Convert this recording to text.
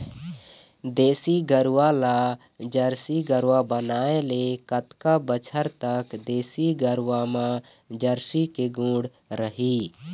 देसी गरवा ला जरसी गरवा बनाए ले कतका बछर तक देसी गरवा मा जरसी के गुण रही?